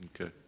Okay